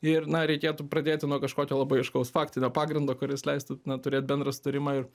ir na reikėtų pradėti nuo kažkokio labai aiškaus faktinio pagrindo kuris leistų na turėt bendrą sutarimą ir